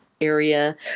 area